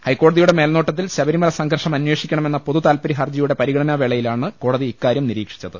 ഹൈക്കോ ടതിയുടെ മേൽനോട്ടത്തിൽ ശബരിമല സംഘർഷം അന്വേഷി ക്കണമെന്ന പൊതുതാത്പരൃ ഹർജിയുടെ പരിഗണനാ വേളയി ലാണ് കോടതി ഇക്കാരൃം നിരീക്ഷിച്ചത്